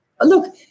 Look